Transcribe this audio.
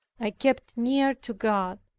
i kept near to god,